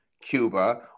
Cuba